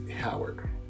Howard